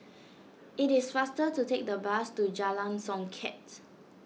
it is faster to take the bus to Jalan Songket